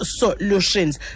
solutions